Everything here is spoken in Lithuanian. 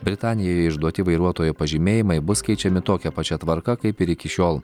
britanijoje išduoti vairuotojo pažymėjimai bus keičiami tokia pačia tvarka kaip ir iki šiol